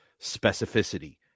specificity